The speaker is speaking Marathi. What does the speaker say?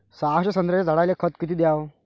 सहाशे संत्र्याच्या झाडायले खत किती घ्याव?